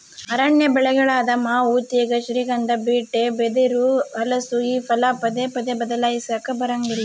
ಅರಣ್ಯ ಬೆಳೆಗಳಾದ ಮಾವು ತೇಗ, ಶ್ರೀಗಂಧ, ಬೀಟೆ, ಬಿದಿರು, ಹಲಸು ಈ ಫಲ ಪದೇ ಪದೇ ಬದ್ಲಾಯಿಸಾಕಾ ಬರಂಗಿಲ್ಲ